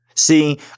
See